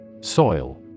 Soil